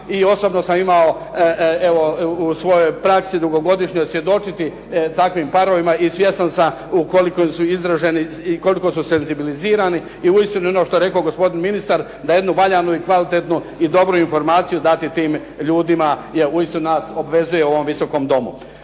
I osobno sam imao u svojoj praksi dugogodišnjoj svjedočiti takvim parovima i svjestan sam koliko su senzibilizirani. I uistinu ono što je rekao gospodin ministar, da je jednu valjanu i kvalitetnu i dobru informaciju dati tim ljudima, jer uistinu nas obvezuje u ovom Visokom domu.